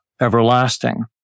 Everlasting